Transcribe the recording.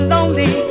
Lonely